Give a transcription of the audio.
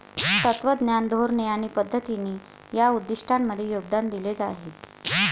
तत्त्वज्ञान, धोरणे आणि पद्धतींनी या उद्दिष्टांमध्ये योगदान दिले आहे